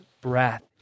breath